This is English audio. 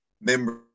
members